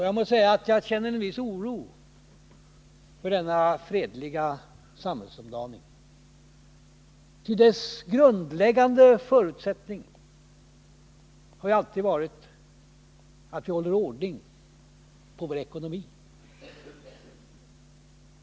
Jag måste säga att jag känner en viss oro för denna fredliga samhällsomdaning, ty dess grundläggande förutsättning har ju alltid varit att vi håller ordning på vår ekonomi.